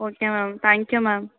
okay ma'am thank you ma'am